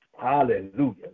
Hallelujah